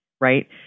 right